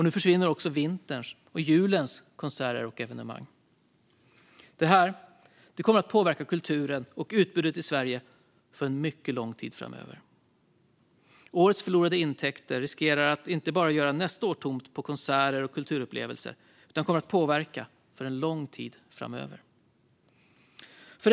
Nu försvinner också vinterns och julens konserter och evenemang. Det här kommer att påverka kulturen och utbudet i Sverige för en mycket lång tid framöver. Årets förlorade intäkter riskerar att inte bara göra nästa år tomt på konserter och kulturupplevelser; det kommer att påverka för en lång tid framöver.